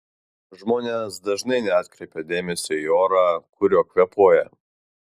žmonės dažnai neatkreipia dėmesio į orą kuriuo kvėpuoja